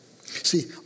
see